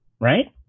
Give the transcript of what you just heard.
right